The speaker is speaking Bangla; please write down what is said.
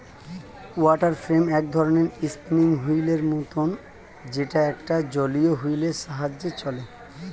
ওয়াটার ফ্রেম এক ধরণের স্পিনিং হুইল এর মতন যেটা একটা জলীয় হুইল এর সাহায্যে চলে